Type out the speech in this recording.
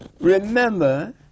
Remember